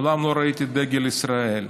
מעולם לא ראיתי דגל ישראל.